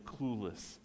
clueless